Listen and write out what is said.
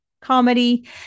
Comedy